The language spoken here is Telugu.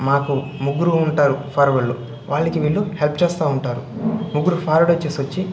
మాకు ముగ్గురూ ఉంటారు ఫార్వర్డ్లు వాళ్ళకి వీళ్ళు హెల్ప్ చేస్తూవుంటారు ముగ్గురు ఫార్వర్డయి చేసొచ్చి